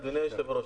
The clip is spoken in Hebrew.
אדוני היושב-ראש,